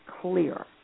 clear